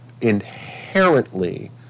inherently